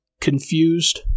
confused